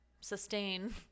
sustain